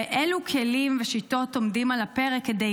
3. אילו כלים ושיטות עומדים על הפרק כדי